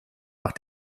nach